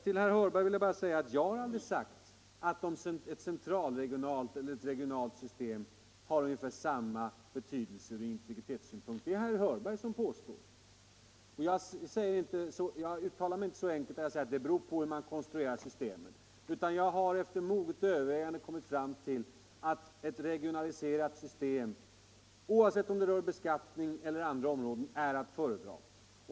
Jag har aldrig, herr Hörberg sagt att ett central/regionalt eller regionalt system har ungefär samma betydelse ur integritetssynpunkt — det är herr Hörberg som påstår detta. Jag uttalar mig inte så enkelt att jag säger att det beror på hur man konstruerar systemet, utan jag har efter moget övervägande kommit fram till att ett regionaliserat system, oavsett om det rör beskattningsområdet eller andra områden, är att föredra.